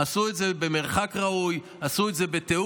עשו את זה במרחק ראוי, עשו את זה בתיאום.